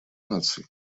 наций